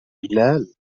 بلال